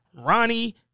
Ronnie